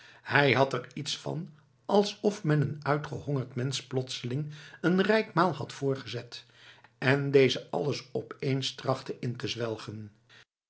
het had er iets van alsof men een uitgehongerd mensch plotseling een rijk maal had voorgezet en deze alles op eens trachtte in te zwelgen